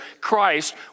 Christ